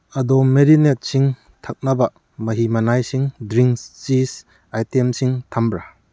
ꯑꯗꯣꯝ ꯃꯦꯔꯤꯅꯦꯗꯁꯤꯡ ꯊꯛꯅꯕ ꯃꯍꯤ ꯃꯅꯥꯏꯁꯤꯡ ꯗ꯭ꯔꯤꯡꯁ ꯆꯤꯁ ꯑꯥꯏꯇꯦꯝꯁꯤꯡ ꯊꯝꯕ꯭ꯔꯥ